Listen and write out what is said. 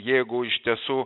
jeigu iš tiesų